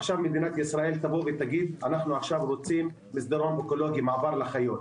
ועכשיו מדינת ישראל תגיד שהיא רוצה מסדרון אקולוגי שיהיה מעבר לחיות.